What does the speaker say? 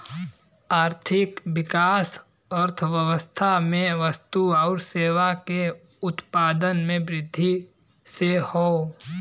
आर्थिक विकास अर्थव्यवस्था में वस्तु आउर सेवा के उत्पादन में वृद्धि से हौ